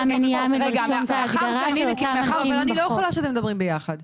(אומרת דברים בשפת הסימנים, להלן תרגומם:(